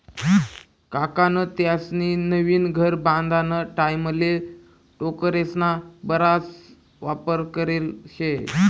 काकान त्यास्नी नवीन घर बांधाना टाईमले टोकरेस्ना बराच वापर करेल शे